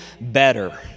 better